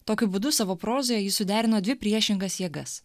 tokiu būdu savo prozoje ji suderino dvi priešingas jėgas